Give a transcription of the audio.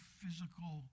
physical